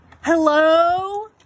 hello